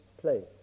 place